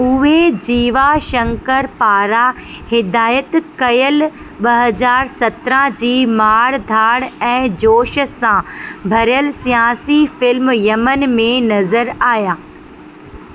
उहे जीवा शंकर पारां हिदायति कयल ॿ हज़ार सतरहां जी मार धाड़ ऐं जोश सां भरियल सियासी फ़िल्म यमन में नज़रु आया